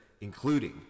including